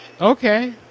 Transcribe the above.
okay